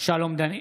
שלום דנינו,